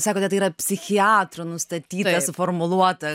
sakote tai yra psichiatro nustatyta suformuluota